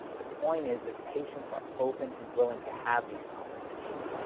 the point is that patients are open and willing to have these conversations,